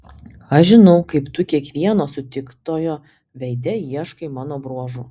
aš žinau kaip tu kiekvieno sutiktojo veide ieškai mano bruožų